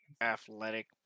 athletic